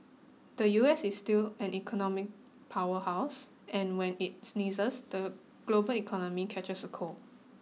the U S is still an economic power house and when it sneezes the global economy catches a cold